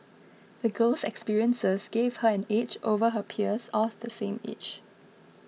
the girl's experiences gave her an edge over her peers of the same age